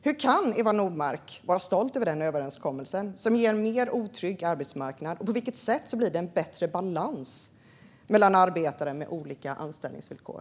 Hur kan Eva Nordmark vara stolt över den överenskommelsen, som ger en mer otrygg arbetsmarknad, och på vilket sätt blir det en bättre balans mellan arbetare med olika anställningsvillkor?